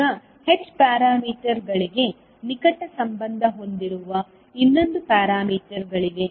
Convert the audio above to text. ಈಗ h ಪ್ಯಾರಾಮೀಟರ್ಗಳಿಗೆ ನಿಕಟ ಸಂಬಂಧ ಹೊಂದಿರುವ ಇನ್ನೊಂದು ಪ್ಯಾರಾಮೀಟರ್ಗಳಿವೆ